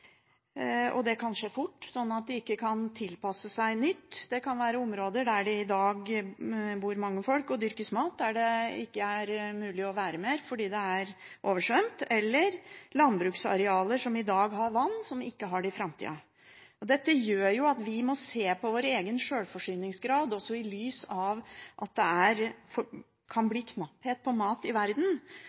og det kanskje fort, slik at de ikke kan tilpasse seg nytt. Det kan være områder der det i dag bor mange folk og det dyrkes mat, der det ikke er mulig å være mer fordi det er oversvømt, eller det kan være landbruksarealer som i dag har vann, som ikke har det i framtida. Dette gjør at vi må se på vår egen sjølforsyningsgrad også i lys av at det kan bli knapphet på mat i verden.